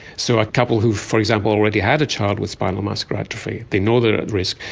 so a couple who, for example, already had a child with spinal muscular atrophy, they know they are at risk,